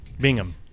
Bingham